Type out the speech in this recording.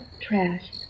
trash